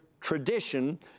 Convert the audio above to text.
tradition